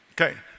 Okay